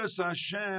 Hashem